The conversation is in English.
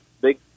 big